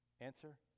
Answer